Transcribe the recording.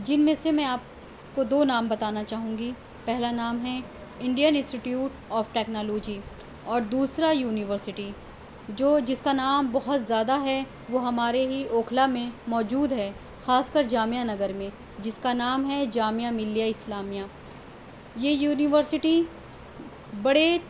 جن میں سے میں آپ کو دو نام بتانا چاہوں گی پہلا نام ہے انڈین انسٹیٹیوٹ آف ٹیکنالوجی اور دوسرا یونیورسٹی جو جس کا نام بہت زیادہ ہے وہ ہمارے ہی اوکھلا میں موجود ہے خاص کر جامعہ نگر میں جس کا نام ہے جامعہ ملیہ اسلامیہ یہ یونیورسٹی بڑے